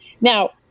Now